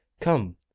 Come